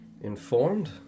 informed